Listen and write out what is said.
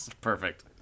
Perfect